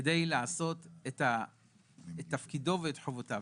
כדי לעשות את תפקידו ואת חובותיו.